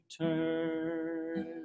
turn